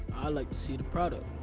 i like to see the product.